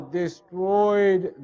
destroyed